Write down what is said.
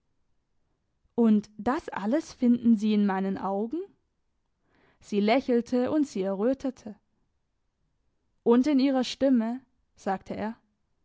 und das alles finden sie in meines augen sie lächelte und sie errötete und in ihrer stimme sagte er